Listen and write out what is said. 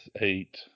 eight